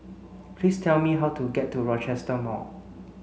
please tell me how to get to Rochester Mall